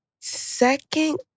second